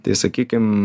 tai sakykim